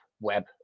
web